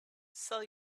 sell